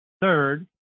Third